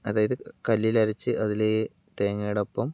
അതായത് കല്ലിൽ അരച്ച് അതില് തേങ്ങയോടൊപ്പം